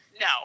No